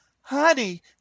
Honey